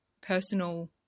personal